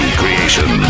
creation